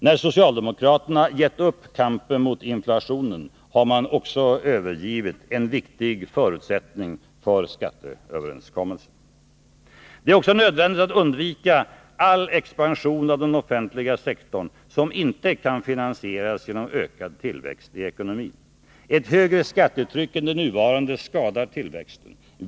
När socialdemokraterna gett upp kampen mot inflationen har de också övergivit en viktig förutsättning för skatteöverenskommelsen. Det är också nödvändigt att undvika all expansion av den offentliga sektorn som inte kan finansieras genom ökad tillväxt i ekonomin. Ett högre skattetryck än det nuvarande skadar tillväxten.